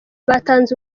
batanze